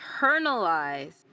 internalized